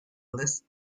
list